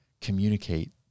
communicate